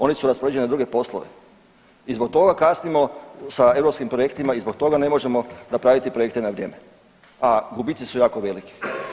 Oni su raspoređeni na druge poslove i zbog toga kasnimo sa europskim projektima i zbog toga ne možemo napraviti projekte na vrijeme, a gubici su jako veliki.